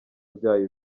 byayo